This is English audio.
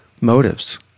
motives